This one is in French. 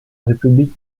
république